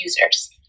users